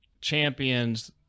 champions